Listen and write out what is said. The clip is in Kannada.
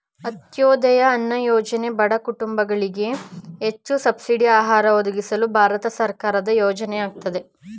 ಅಂತ್ಯೋದಯ ಅನ್ನ ಯೋಜನೆ ಬಡ ಕುಟುಂಬಗಳಿಗೆ ಹೆಚ್ಚು ಸಬ್ಸಿಡಿ ಆಹಾರ ಒದಗಿಸಲು ಭಾರತ ಸರ್ಕಾರದ ಯೋಜನೆಯಾಗಯ್ತೆ